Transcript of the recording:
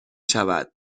شود